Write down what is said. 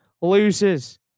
loses